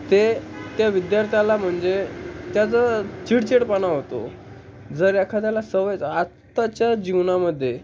ते त्या विद्यार्थ्याला म्हणजे त्याचं चिडचिडपणा होतो जर एखाद्याला सवयच आत्ताच्या जीवनामध्ये